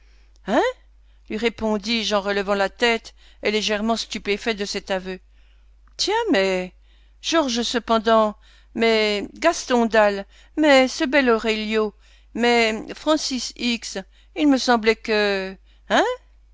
hein lui répondis-je en relevant la tête et légèrement stupéfait de cet aveu tiens mais georges cependant mais gaston d'al mais ce bel aurelio mais francis x il me semblait que hein